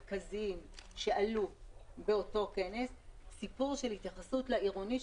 אחד הדברים המרכזיים שעלו באותו כנס הוא סיפור של ההתייחסות לעירוני,